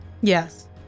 Yes